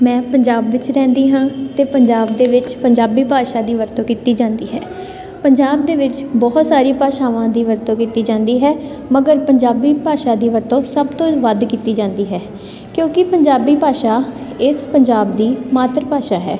ਮੈਂ ਪੰਜਾਬ ਵਿੱਚ ਰਹਿੰਦੀ ਹਾਂ ਅਤੇ ਪੰਜਾਬ ਦੇ ਵਿੱਚ ਪੰਜਾਬੀ ਭਾਸ਼ਾ ਦੀ ਵਰਤੋਂ ਕੀਤੀ ਜਾਂਦੀ ਹੈ ਪੰਜਾਬ ਦੇ ਵਿੱਚ ਬਹੁਤ ਸਾਰੀ ਭਾਸ਼ਾਵਾਂ ਦੀ ਵਰਤੋਂ ਕੀਤੀ ਜਾਂਦੀ ਹੈ ਮਗਰ ਪੰਜਾਬੀ ਭਾਸ਼ਾ ਦੀ ਵਰਤੋਂ ਸਭ ਤੋਂ ਵੱਧ ਕੀਤੀ ਜਾਂਦੀ ਹੈ ਕਿਉਂਕਿ ਪੰਜਾਬੀ ਭਾਸ਼ਾ ਇਸ ਪੰਜਾਬ ਦੀ ਮਾਤ ਭਾਸ਼ਾ ਹੈ